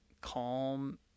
calm